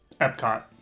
Epcot